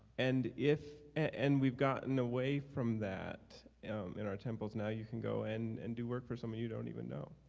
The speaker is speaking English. and if, and we've gotten way from that in our temples. now you can go in and do work for somebody you don't even know.